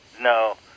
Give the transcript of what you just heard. No